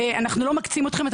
אנחנו לא מקצים אתכם,